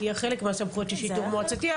תהיה חלק מהסמכויות של שיטור מועצתי,